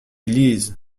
lisent